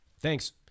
Thanks